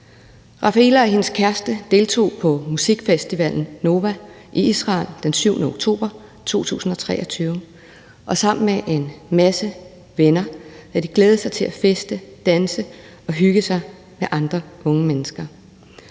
Rafaela og hendes kæreste deltog på musikfestivalen Nova i Israel den 7. oktober 2023, og sammen med en masse venner havde de glædet sig til at feste, danse og hygge sig med andre unge mennesker.